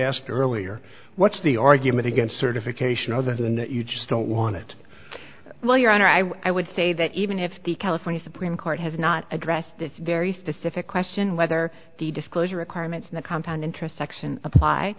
asked earlier what's the argument against certification other than that you just don't want it well your honor i would say that even if the california supreme court has not addressed this very specific question whether the disclosure requirements in the compound interest section apply